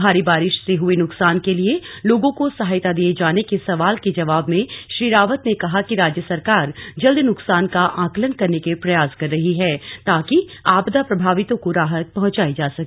भारी बारिश से हुए नुकसान के लिए लोगों को सहायता दिए जाने के सवाल के जवाब में श्री रावत ने कहा कि राज्य सरकार जल्द नुकसान का आंकलन करने के प्रयास कर रही है ताकि आपदा प्रभावितों को राहत पहुंचाई जा सके